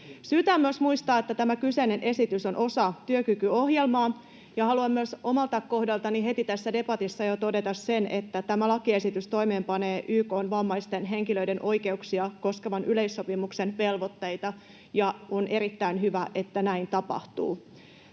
Syytä on myös muistaa, että tämä kyseinen esitys on osa työkykyohjelmaa, ja haluan myös omalta kohdaltani jo heti tässä debatissa todeta sen, että tämä lakiesitys toimeenpanee YK:n vammaisten henkilöiden oikeuksia koskevan yleissopimuksen velvoitteita, ja on erittäin hyvä, että näin tapahtuu.